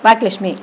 Bhagyalakshmi